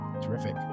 terrific